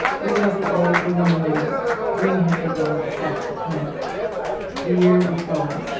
ring out the old, ring in the new ring happy bells, across the snow the year is going,